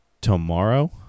tomorrow